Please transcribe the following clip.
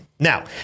Now